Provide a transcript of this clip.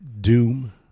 Doom